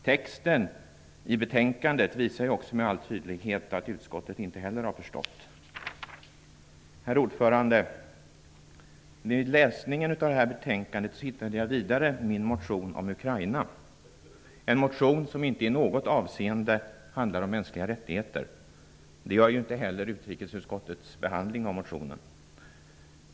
Texten i betänkandet visar också med all tydlighet att utskottet inte heller har förstått det. Herr talman! Vid läsningen av detta betänkande hittade jag vidare min motion om Ukraina. Det är en motion som inte i något avseende handlar om mänskliga rättigheter. Det gör inte heller utrikesutskottets behandling av motionen.